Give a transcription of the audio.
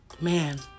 man